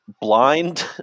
blind